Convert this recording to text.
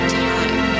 time